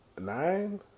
nine